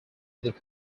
that